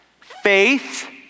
faith